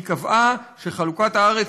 היא קבעה שחלוקת הארץ,